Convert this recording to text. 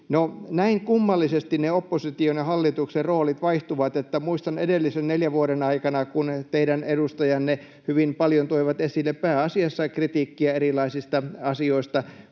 näin kummallisesti ne opposition ja hallituksen roolit vaihtuvat. Muistan edellisen neljän vuoden aikana, kun teidän edustajanne hyvin paljon toivat esille pääasiassa kritiikkiä erilaisista asioista.